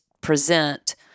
present